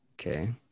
Okay